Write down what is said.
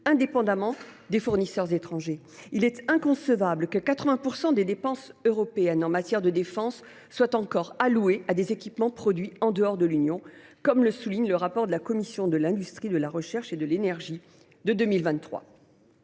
indépendamment des fournisseurs étrangers. Il est inconcevable que 80 % des dépenses européennes en matière de défense soient encore allouées à des équipements produits en dehors de l’Union, comme le soulignent les auteurs du rapport de la commission de l’industrie, de la recherche et de l’énergie de 2023.